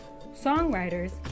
songwriters